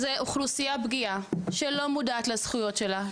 זוהי אוכלוסייה פגיעה שלא מודעת לזכויות שלה.